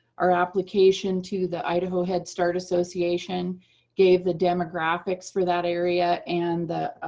our application to the idaho head start association gave the demographics for that area and the ah